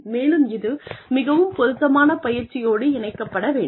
மேலும் இது மிகவும் பொருத்தமான பயிற்சியோடு இணைக்கப்பட வேண்டும்